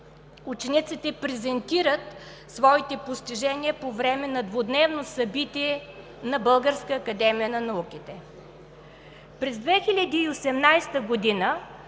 Учениците презентират своите постижения по време на двудневно събитие на Българската академия на науките. През 2018 г.